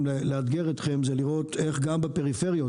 לאתגר אתכם זה לראות איך גם בפריפריות,